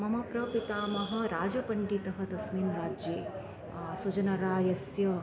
मम प्रपितामहः राजपण्डितः तस्मिन् राज्ये सुजनरायस्य